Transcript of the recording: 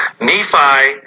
Nephi